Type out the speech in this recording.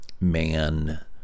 man